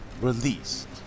released